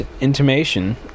intimation